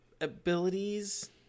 abilities